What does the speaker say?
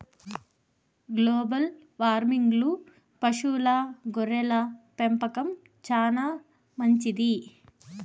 global వార్మింగ్కు పశువుల గొర్రెల పెంపకం చానా మంచిది